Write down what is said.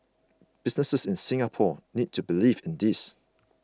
businesses in Singapore need to believe in this